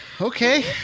okay